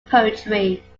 poetry